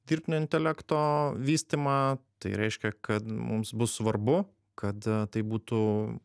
dirbtinio intelekto vystymą tai reiškia kad mums bus svarbu kad tai būtų